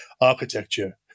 architecture